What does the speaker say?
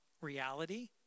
reality